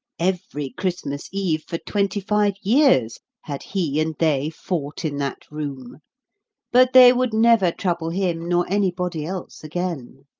every christmas eve, for twenty-five years, had he and they fought in that room but they would never trouble him nor anybody else again.